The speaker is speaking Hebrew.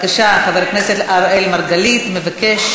שלמעשה בשמה אני מקריא כאן את תשובתה,